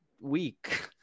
week